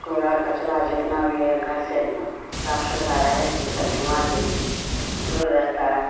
کوڑا کچڑا جتنا بھی ہے گھر سے صاف ستھرا رہے سے سب بیماری دور رہتا ہے